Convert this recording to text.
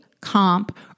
comp